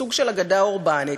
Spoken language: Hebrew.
סוג של אגדה אורבנית,